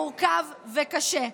מורכב וקשה.